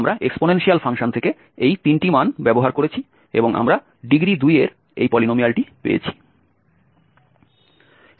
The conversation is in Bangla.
যেখানে আমরা এক্সপোনেনশিয়াল ফাংশন থেকে এই 3টি মান ব্যবহার করেছি এবং আমরা ডিগ্রি 2 এর এই পলিনোমিয়ালটি পেয়েছি